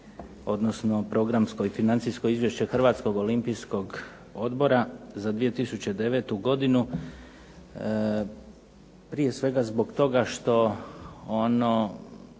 odnosno programsko i financijsko izvješće Hrvatskog olimpijskog odbora za 2009. godinu, prije svega zbog toga što ono